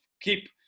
keep